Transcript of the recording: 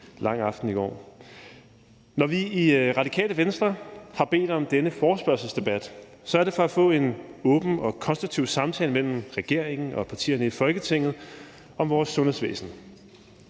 Når vi i Radikale Venstre har bedt om denne forespørgselsdebat, er det for at få en åben og konstruktiv samtale mellem regeringen og partierne i Folketinget om vores sundhedsvæsen.